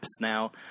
now